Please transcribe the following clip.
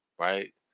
Right